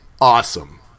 awesome